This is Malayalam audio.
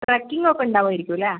ട്രക്കിംഗ് ഒക്കെ ഉണ്ടാവുമായിരിക്കും അല്ലേ